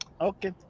Okay